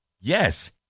yes